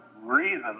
reason